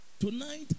tonight